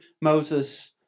Moses